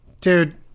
Dude